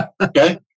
Okay